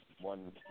one